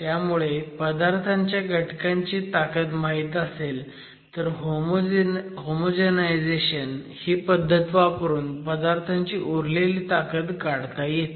त्यामुळे पदार्थांच्या घटकांची ताकद माहीत असेल तर होमोजनायझेशन ही पद्धत वापरून पदार्थांची उरलेली ताकद काढता येते